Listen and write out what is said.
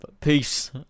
Peace